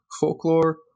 folklore